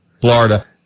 Florida